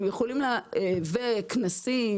וכנסים